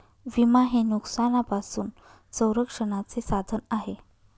विमा हे नुकसानापासून संरक्षणाचे साधन आहे